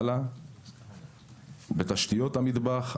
בתשתיות המטבח,